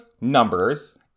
numbers